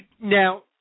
now